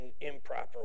improper